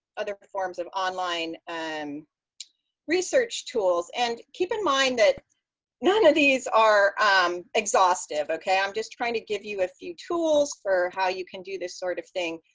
other forms of online and research tools. and keep in mind that none of these are um exhaustive. ok. i'm just trying to give you a few tools for how you can do this sort of thing.